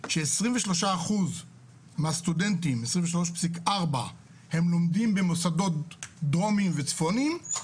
ש-23.4% מהסטודנטים הם לומדים במוסדות דרומיים וצפוניים.